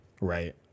right